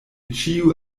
ĉiu